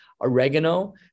Oregano